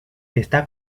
está